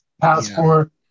passport